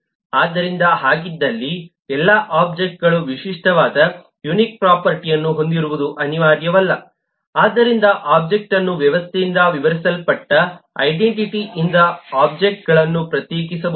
ಆದ್ದರಿಂದ ಹಾಗಿದ್ದಲ್ಲಿ ಎಲ್ಲಾ ಒಬ್ಜೆಕ್ಟ್ಗಳು ವಿಶಿಷ್ಟವಾದ ಯುನಿಕ್ ಪ್ರೊಫರ್ಟಿ ಅನ್ನು ಹೊಂದಿರುವುದು ಅನಿವಾರ್ಯವಲ್ಲ ಆದ್ದರಿಂದ ಒಬ್ಜೆಕ್ಟ್ ಅನ್ನು ವ್ಯವಸ್ಥೆಯಿಂದ ವಿವರಿಸಲ್ಪಟ್ಟ ಐಡೆಂಟಿಟಿ ಇಂದ ಒಬ್ಜೆಕ್ಟ್ಗಳನ್ನು ಪ್ರತ್ಯೇಕಿಸಬಹುದು